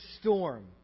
storm